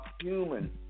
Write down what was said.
human